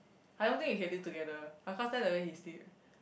I don't think we can live together I can't stand the way he sleep